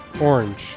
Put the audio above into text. Orange